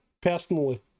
personally